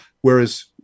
whereas